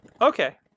Okay